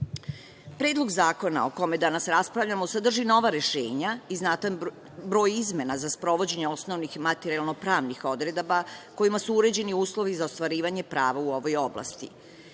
pasoš. Predlog zakona o kome danas raspravljamo sadrži nova rešenja i znatan broj izmena za sprovođenje osnovnih materijalno-pravnih odredaba, kojima su uređeni uslovi za ostvarivanje prava u ovoj oblasti.